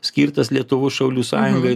skirtas lietuvos šaulių sąjungai